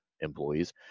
employees